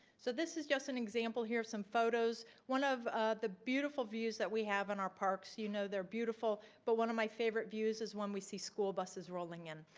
so this is just an example here some photos one of the beautiful views that we have in our parks, you know, they're beautiful, but one of my favorite views is when we see buses rolling in.